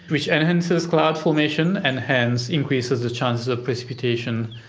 which enhances cloud formation and hence increases the chance of precipitation.